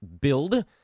build